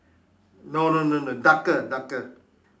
no no no no darker darker